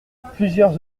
plusieurs